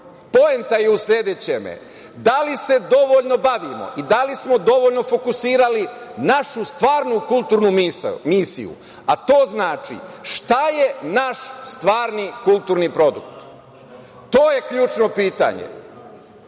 je u sledećem, da li se dovoljno bavimo i da li smo dovoljno fokusirali našu stvarnu kulturnu misiju, a to znači šta je naš stvarni kulturni produkt. To je ključno pitanje.